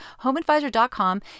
Homeadvisor.com